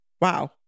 Wow